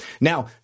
Now